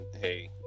hey